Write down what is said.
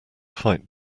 fight